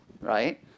right